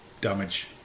damage